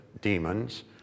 demons